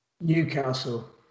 Newcastle